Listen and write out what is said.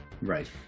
right